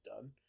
done